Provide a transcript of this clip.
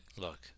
look